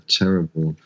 terrible